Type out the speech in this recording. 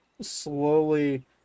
slowly